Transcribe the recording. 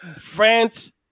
France